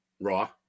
Raw